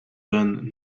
then